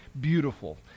beautiful